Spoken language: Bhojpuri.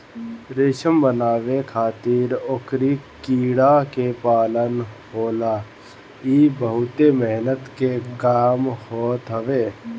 रेशम बनावे खातिर ओकरी कीड़ा के पालन होला इ बहुते मेहनत के काम होत हवे